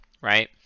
right